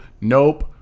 nope